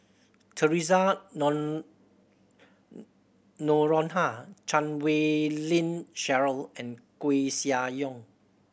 Theresa Noronha Chan Wei Ling Cheryl and Koeh Sia Yong